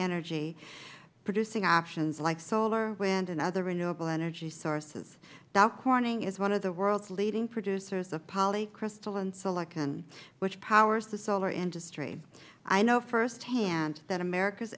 energy producing options like solar wind and other renewable energy sources dow corning is one of the world's leading producers of polycrystalline silicon which powers the solar industry i know firsthand that america's